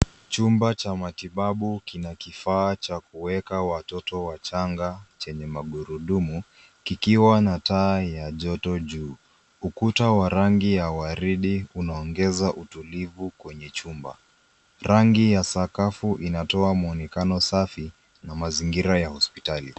Chumba cha matibabu kina kifaa cha kuweka watoto wachanga chenye magurudumu kikiwa na taa ya joto juu. Ukuta wa rangi ya waridi unaongeza utulivu kwenye chumba. Rangi ya sakafu inatoa mwonekano safi na mazingira ya hosipitali.